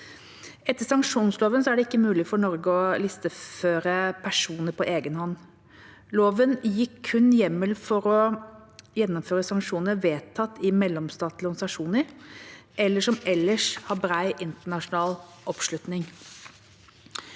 Etter sanksjonsloven er det ikke mulig for Norge å listeføre personer på egen hånd. Loven gir kun hjemmel for å gjennomføre sanksjoner vedtatt i mellomstatlige organisasjoner eller som ellers har bred internasjonal oppslutning.